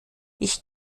ich